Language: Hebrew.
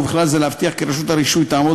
ובכלל זה להבטיח כי רשות הרישוי תעמוד